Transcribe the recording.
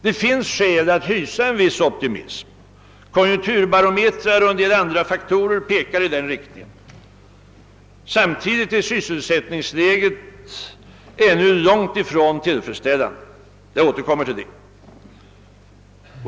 Det finns emellertid skäl att hysa en viss optimism; konjunkturbarometrar och en del andra faktorer pekar i den riktningen. Samtidigt är sysselsättningsläget ännu långt ifrån tillfredsställande; jag återkommer till det.